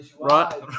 right